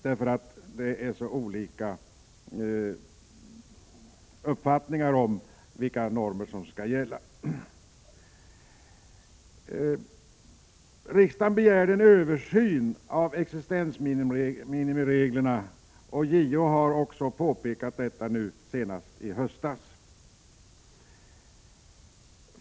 Det är så olika uppfattningar om vilka normer som skall gälla. Riksdagen begärde en översyn av reglerna för existensminimum, en fråga som också JO tog upp senast i höstas.